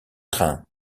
train